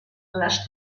les